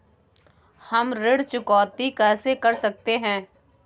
हम ऋण चुकौती कैसे कर सकते हैं?